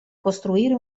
costruire